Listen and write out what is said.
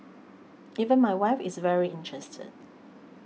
even my wife is very interested